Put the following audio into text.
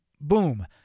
boom